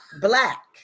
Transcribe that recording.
black